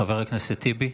חברי הכנסת, חבר הכנסת טיבי,